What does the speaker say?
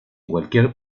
cualquier